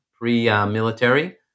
pre-military